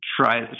try